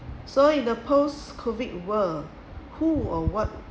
so in the post-COVID world who or what